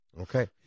Okay